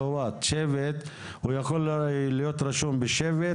שבט הוא יכול להיות רשום בשבט,